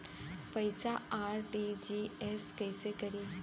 पैसा आर.टी.जी.एस कैसे करी?